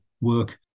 work